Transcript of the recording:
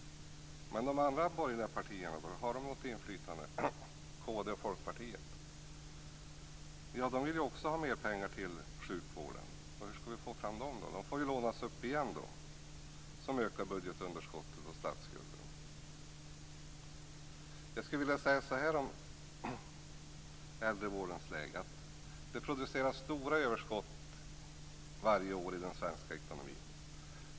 Men har de andra borgerliga partierna, kd och Folkpartiet, något inflytande? De vill ju också ha mer pengar till sjukvården. Hur skall de få fram dem? De får ju lånas upp igen, vilket ökar budgetunderskottet och statsskulden. Jag skulle vilja säga så här om läget i äldrevården. Det produceras stora överskott varje år i den svenska ekonomin.